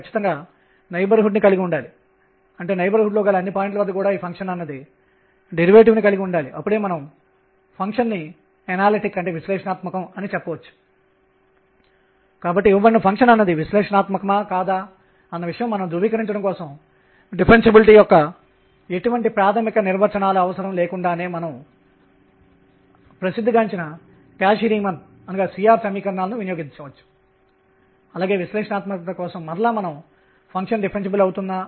కక్ష్యలను మాత్రమే పరిగణించి ఉంటే అపుడు మనము pr ను కలిగి ఉంటాం ఇది pr mṙ 0 కు సమానం L n కు సమానం మరియు ఎనర్జీ 12mṙ2 కు సమానంగా ఉంటుంది ఇది 0 E n222mR2 kr అవుతుంది మరియు mv2rkr2│rR తో ఇది బోర్ మోడల్ మాదిరిగా అదే సమాధానంను ఇస్తుంది